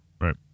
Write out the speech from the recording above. right